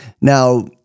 Now